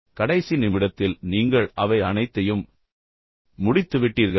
சரி கடைசி நிமிடத்தில் நீங்கள் அவை அனைத்தையும் முடித்துவிட்டீர்கள்